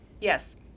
Yes